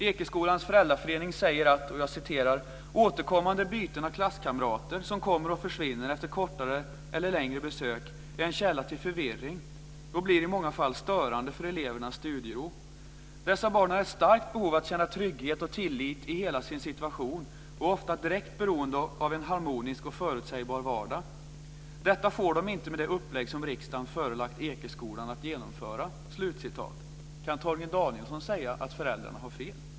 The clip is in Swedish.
Ekeskolans föräldraförening säger att återkommande byten av klasskamrater som kommer och försvinner efter kortare eller längre besök är en källa till förvirring och blir i många fall störande för elevernas studiero. "Dessa barn har ett starkt behov av att känna trygghet och tillit i hela sin situation och är ofta direkt beroende av en harmonisk och förutsägbar vardag. Detta får de inte med det upplägg som riksdagen förelagt Ekeskolan att genomföra." Kan Torgny Danielsson säga att föräldrarna har fel?